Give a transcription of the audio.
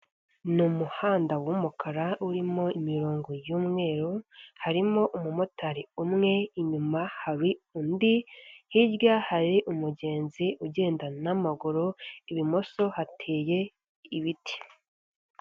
Ni umuhanda w'umukara urimo imirongo y'umweru, harimo umumotari umwe inyuma hari undi, hirya hari umugenzi ugenda n'amaguru, i bumoso hateye ibiti.